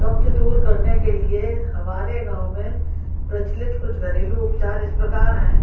कब्ज़ दूर करने के लिए हमारे गाँव में प्रचलित कुछ घरेलू उपचार कुछ इस प्रकार हैं